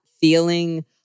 feeling